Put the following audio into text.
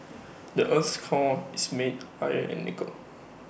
the Earth's core is made iron and nickel